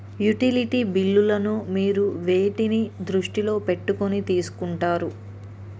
Utility బిల్లులను మీరు వేటిని దృష్టిలో పెట్టుకొని తీసుకుంటారు?